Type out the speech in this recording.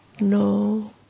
no